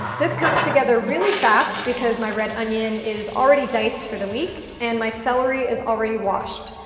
this comes together really fast because my red onion is already diced for the week and my celery is already washed.